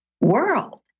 world